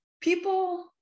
people